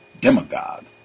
demagogue